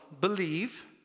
believe